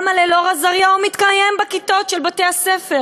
גם על אלאור אזריה הוא מתקיים בכיתות בתי-הספר,